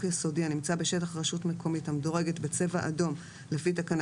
יסודי הנמצא ברשות מקומית המדורגת בצבע אדום לפי תקנה